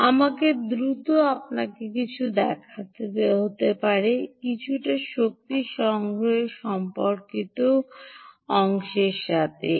আমাকে দ্রুত আপনাকে কিছু দেখাতে দাও কিছু শক্তি শক্তি সংগ্রহের অংশের সাথে সম্পর্কিত